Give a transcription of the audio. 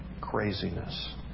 craziness